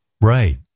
Right